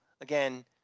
Again